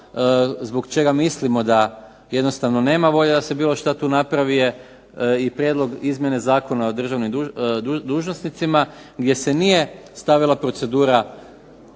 zbog čega mislimo da jednostavno nema volje da se bilo šta tu napravi je i Prijedlog izmjene Zakona o državnim dužnosnicima gdje se nije stavila procedura